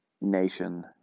nation